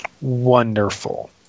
Wonderful